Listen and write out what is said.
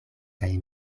kaj